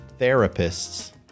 therapists